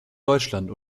deutschland